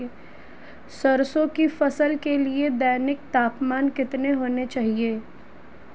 सरसों की फसल के लिए दैनिक तापमान कितना होना चाहिए?